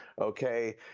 okay